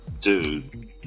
Dude